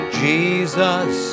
jesus